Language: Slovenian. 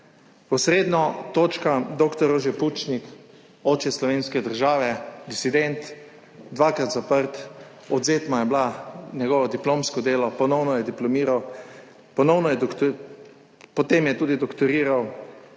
posredno točka, dr. Jože Pučnik, oče slovenske države, disident, dvakrat zaprt, odvzeto mu je bila njegovo diplomsko delo, ponovno je diplomiral, potem je tudi doktoriral, vrnil